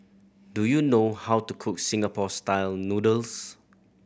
do you know how to cook Singapore Style Noodles